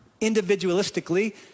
individualistically